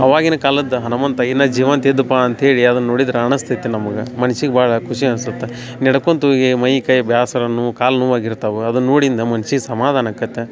ಅವಾಗಿನ ಕಾಲದ ಹನುಮಂತ ಇನ್ನೂ ಜೀವಂತ ಇದ್ದಪ್ಪ ಅಂತ ಹೇಳಿ ಅದನ್ನು ನೋಡಿದ್ರೆ ಅನಿಸ್ತೈತಿ ನಮ್ಗೆ ಮನ್ಸಿಗ್ ಭಾಳ ಖುಷಿ ಅನ್ಸತ್ತೆ ನಡ್ಕೊಂತ ಹೋಗಿ ಮೈ ಕೈ ಬೇಸ್ರ ನೋವು ಕಾಲು ನೋವಾಗಿರ್ತವೆ ಅದನ್ನು ನೋಡಿದ ಮನ್ಸಿಗ್ ಸಮಾಧಾನ ಆಕ್ಕತ್ತ